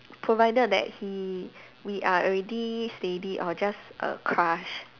provided that he we are already steady or just a crush